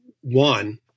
One